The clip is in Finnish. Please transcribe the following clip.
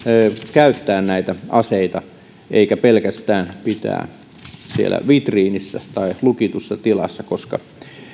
käyttää näitä aseita eivätkä pelkästään pitää siellä vitriinissä tai lukitussa tilassa koska